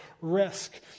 risk